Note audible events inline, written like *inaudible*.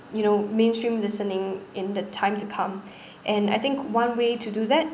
you know mainstream listening in the time to come *breath* and I think one way to do that